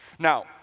Now